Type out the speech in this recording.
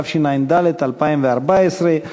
התשע"ד 2014,